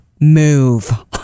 move